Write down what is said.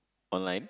online